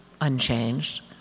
unchanged